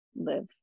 live